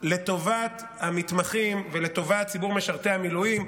לטובת המתמחים ולטובת ציבור משרתי המילואים,